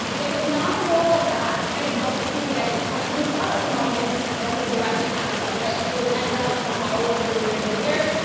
if it's not a role like that, i don't see them um getting a comeback. we saw that with mel gibson when he directed hacksaw ridge. he was exiled from hollywood for years and years,